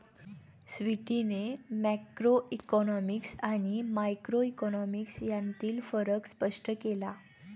स्वीटीने मॅक्रोइकॉनॉमिक्स आणि मायक्रोइकॉनॉमिक्स यांतील फरक स्पष्ट केला